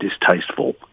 distasteful